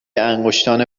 انگشتان